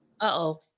Uh-oh